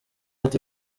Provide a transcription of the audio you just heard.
ati